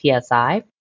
PSI